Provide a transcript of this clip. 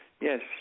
yes